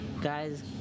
guys